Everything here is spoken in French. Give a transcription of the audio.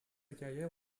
carrière